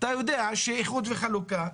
אתה יודע שאיחוד וחלוקה,